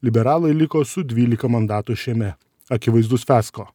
liberalai liko su dvylika mandatų šiame akivaizdus fiasko